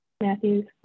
Matthews